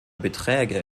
beträge